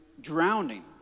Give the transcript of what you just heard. drowning